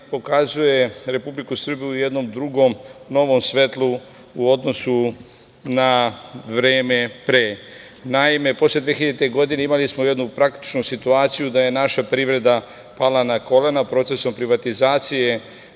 pokazuje Republiku Srbiju u jednom drugom, novom svetlu u odnosu na vreme pre. Naime, posle 2000. godine imali smo jednu praktičnu situaciju, da je naša privreda pala na kolena procesom pljačkaške